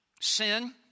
sin